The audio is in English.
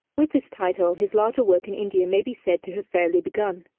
with this title his larger work in india may be said to have fairly begun.